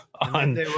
on